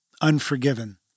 Unforgiven